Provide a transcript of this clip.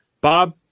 Bob